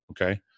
Okay